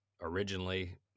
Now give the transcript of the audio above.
originally